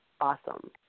Awesome